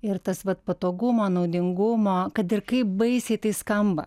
ir tas vat patogumo naudingumo kad ir kaip baisiai tai skamba